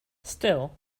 still